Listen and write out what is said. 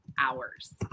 hours